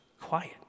quiet